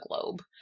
globe